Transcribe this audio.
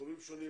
בתחומים שונים,